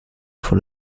avant